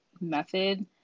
method